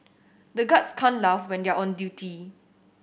the guards can't laugh when they are on duty